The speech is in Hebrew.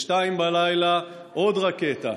ב-02:00 עוד רקטה.